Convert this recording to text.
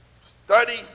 study